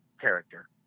character